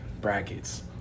brackets